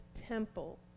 temple